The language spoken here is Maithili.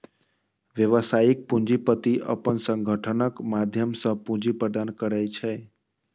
व्यावसायिक पूंजीपति अपन संगठनक माध्यम सं पूंजी प्रदान करै छै